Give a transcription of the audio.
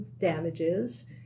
damages